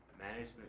management